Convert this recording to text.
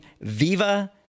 Viva